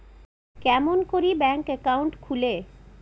কেমন করি bank account খুলে?